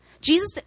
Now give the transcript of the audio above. Jesus